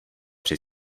při